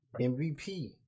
MVP